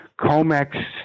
comex